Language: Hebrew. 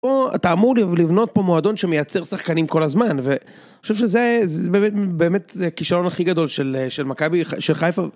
אתה אמור לבנות פה מועדון שמייצר שחקנים כל הזמן ואני חושב שזה זה באמת באמת הכישלון הכי גדול של של מכבי, של חיפה.